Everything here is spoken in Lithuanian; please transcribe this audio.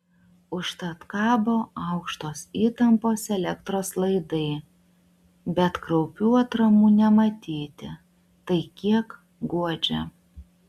užtat kabo aukštos įtampos elektros laidai bet kraupių atramų nematyti tai kiek guodžia